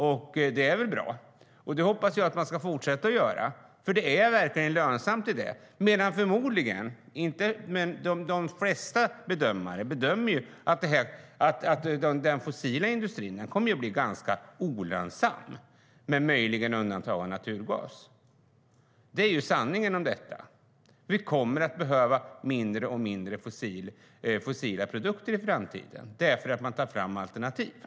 Det är väl bra, och det hoppas jag att man ska fortsätta göra, för det är verkligen lönsamt. De flesta bedömare menar att den fossila industrin kommer att bli olönsam, möjligen med undantag av naturgas. Det är sanningen. Vi kommer att behöva mindre och mindre fossila produkter i framtiden när man tar fram alternativ.